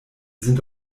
sind